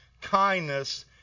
kindness